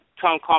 Tom